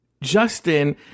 Justin